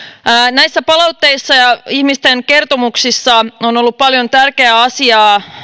näissä palautteissa ja ihmisten kertomuksissa on ollut paljon tärkeää asiaa